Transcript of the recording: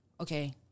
Okay